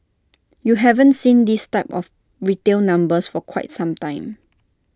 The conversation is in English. you haven't seen this type of retail numbers for quite some time